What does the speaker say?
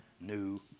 new